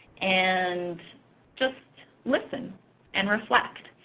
and just listen and reflect.